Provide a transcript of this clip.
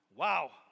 Wow